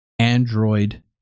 Android